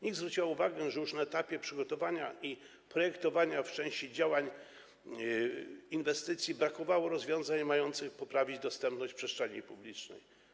NIK zwróciła uwagę, że już na etapie przygotowania i projektowania w części inwestycji brakowało rozwiązań mających poprawić dostępność przestrzeni publicznej.